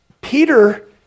Peter